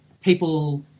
people